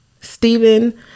Stephen